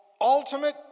ultimate